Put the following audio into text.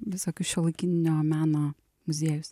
visokius šiuolaikinio meno muziejus